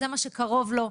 זה מה שקרוב לו,